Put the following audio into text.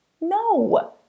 No